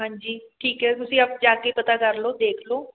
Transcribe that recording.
ਹਾਂਜੀ ਠੀਕ ਹੈ ਤੁਸੀਂ ਆਪ ਜਾ ਕੇ ਪਤਾ ਕਰ ਲਉ ਦੇਖ ਲਉ